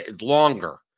longer